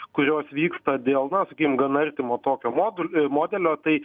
kurios vyksta dėl na sakykim gana artimo tokio modul modelio tai